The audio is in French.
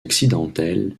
accidentelle